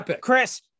Chris